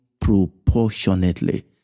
proportionately